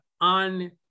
on